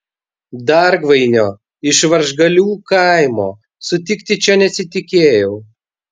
dargvainio iš varžgalių kaimo sutikti čia nesitikėjau